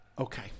Okay